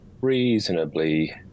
reasonably